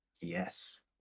Yes